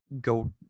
go